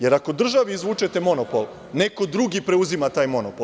Jer, ako državi izvučete monopol neko drugi preuzima taj monopol.